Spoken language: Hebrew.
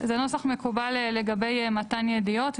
זה נוסח מקובל לגבי מתן ידיעות,